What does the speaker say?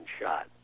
shot